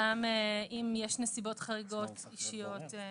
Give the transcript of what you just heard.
גם אם יש נסיבות חריגות אישיות.